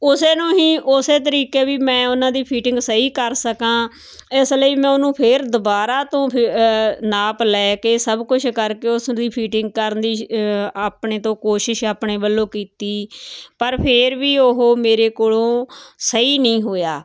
ਉਸ ਨੂੰ ਹੀ ਉਸ ਤਰੀਕੇ ਵੀ ਮੈਂ ਉਹਨਾਂ ਦੀ ਫਿਟਿੰਗ ਸਹੀ ਕਰ ਸਕਾਂ ਇਸ ਲਈ ਮੈਂ ਉਹਨੂੰ ਫਿਰ ਦੁਬਾਰਾ ਤੋਂ ਨਾਪ ਲੈ ਕੇ ਸਭ ਕੁਝ ਕਰਕੇ ਉਸ ਦੀ ਫੀਟਿੰਗ ਕਰਨ ਦੀ ਆਪਣੇ ਤੋਂ ਕੋਸ਼ਿਸ਼ ਆਪਣੇ ਵੱਲੋਂ ਕੀਤੀ ਪਰ ਫਿਰ ਵੀ ਉਹ ਮੇਰੇ ਕੋਲੋਂ ਸਹੀ ਨਹੀਂ ਹੋਇਆ